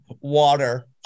Water